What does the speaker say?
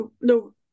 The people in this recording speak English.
no